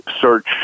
search